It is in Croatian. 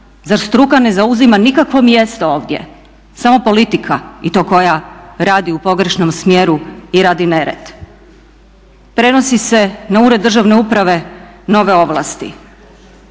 Zar struka ne zauzima nikakvo mjesto ovdje? Samo politika? I to koja radi u pogrešnom smjeru i radi nered. Prenosi se na Ured državne uprave nove ovlasti.